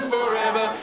Forever